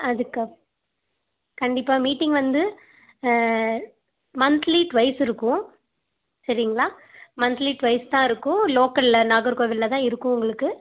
அதற்கப் கண்டிப்பாக மீட்டிங் வந்து monthly twice இருக்கும் சரிங்களா மந்த்லி ட்வைஸ் தான் இருக்கும் லோக்கலில் நாகர்கோவிலில் தான் இருக்கும் உங்களுக்கு